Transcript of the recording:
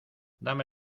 dame